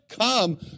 come